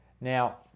Now